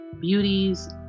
Beauties